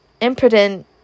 impudent